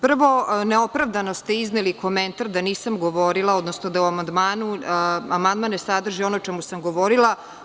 Prvo, neopravdano ste izneli komentar da nisam govorila, odnosno da amandman ne sadrži ono o čemu sam govorila.